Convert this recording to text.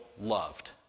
loved